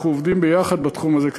אנחנו עובדים ביחד בתחום הזה,